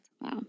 Wow